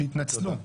שיתנצלו.